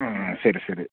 ആ ശരി ശരി